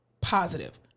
positive